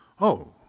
Oh